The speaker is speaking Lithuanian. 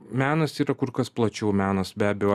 menas yra kur kas plačiau menas be abejo